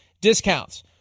discounts